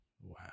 Wow